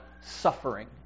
suffering